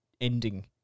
ending